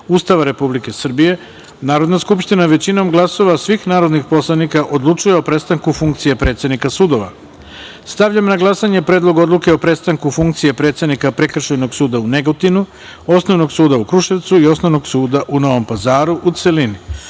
Ustava Republike Srbije, Narodna skupština većinom glasova svih narodnih poslanika odlučuje o prestanku funkcije predsednika sudova. Stavljam na glasanje Predlog odluke o prestanku funkcije predsednika Prekršajnog suda u Negotinu, Osnovnog suda u Kruševcu i Osnovnog suda u Novom Pazaru, u celini. Molim